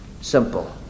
simple